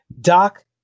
doc